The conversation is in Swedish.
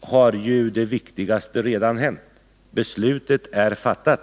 har ju det viktigaste redan hänt — beslutet är fattat.